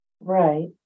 Right